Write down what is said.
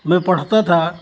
میں پڑھتا تھا